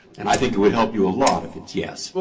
and i think it would help you a lot if it's yes,